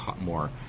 more